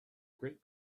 great